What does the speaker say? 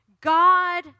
God